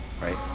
Right